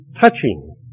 touching